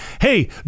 hey